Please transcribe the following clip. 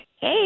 Hey